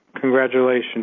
congratulations